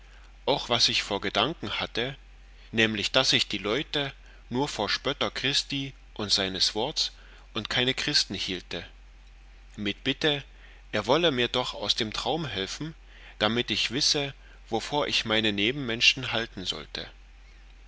auch was ich vor gedanken hatte nämlich daß ich die leute nur vor spötter christi und seines worts und keine christen hielte mit bitte er wolle mir doch aus dem traum helfen damit ich wisse wovor ich meine nebenmenschen halten sollte